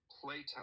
Playtime